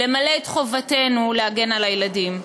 למלא את חובתנו להגן על הילדים.